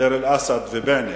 דיר אל-אסד ובענה,